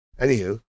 anywho